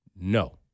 No